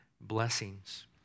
blessings